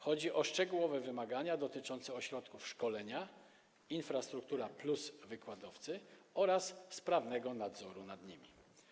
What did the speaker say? Chodzi o szczegółowe wymagania dotyczące ośrodków szkolenia - infrastruktura plus wykładowcy - oraz sprawnego nadzoru nad nimi.